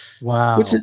Wow